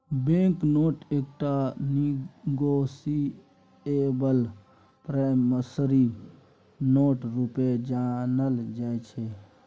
bank note एकटा negotiable promissory note रुपे जानल जाइ छै